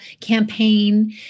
campaign